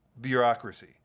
bureaucracy